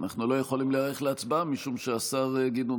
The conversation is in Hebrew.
אנחנו לא יכולים להיערך להצבעה משום שהשר גדעון